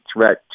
threat